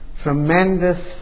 tremendous